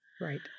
Right